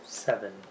Seven